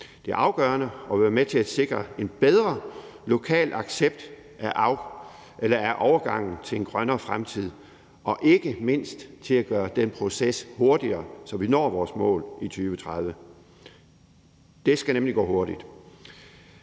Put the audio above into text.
Det er afgørende og vil være med til at sikre en bedre lokal accept af overgangen til en grønnere fremtid og ikke mindst til at gøre den proces hurtigere, så vi når vores mål i 2030. Det skal nemlig gå hurtigt.